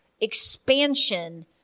expansion